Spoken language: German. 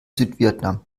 südvietnam